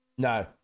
No